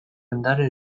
ondare